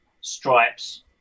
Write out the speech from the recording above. stripes